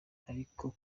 ariko